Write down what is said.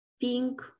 pink